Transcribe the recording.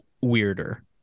weirder